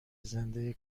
زنده